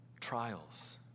Trials